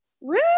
Woo